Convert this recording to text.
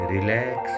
Relax